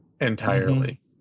entirely